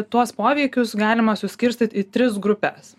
tuos poveikius galima suskirstyt į tris grupes